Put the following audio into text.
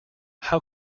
how